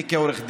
אני כעורך דין,